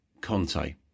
conte